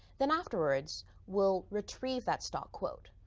then afterwards we'll retrieve that stock quote.